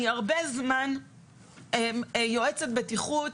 אני הרבה זמן יועצת בטיחות,